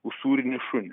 usūrinį šunį